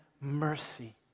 mercy